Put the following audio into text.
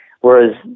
Whereas